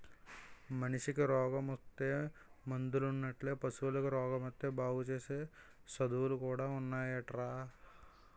మనిసికి రోగమొత్తే మందులున్నట్లే పశువులకి రోగమొత్తే బాగుసేసే సదువులు కూడా ఉన్నాయటరా